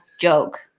joke